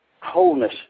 wholeness